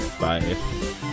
bye